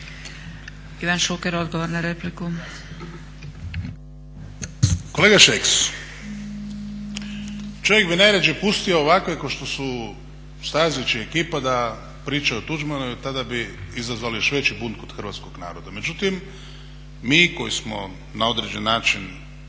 **Šuker, Ivan (HDZ)** Kolega Šeks, čovjek bi najradije pustio ovakve kao što su Stazić i ekipa da pričaju o Tuđmanu jer tada bi izazvali još veći bunt kod hrvatskog naroda. Međutim, mi koji smo na određeni način,